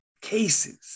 cases